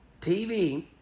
TV